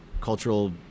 cultural